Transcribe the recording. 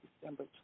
December